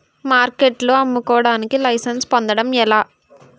మార్కెట్లో అమ్ముకోడానికి లైసెన్స్ పొందడం ఎలా?